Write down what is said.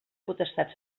potestat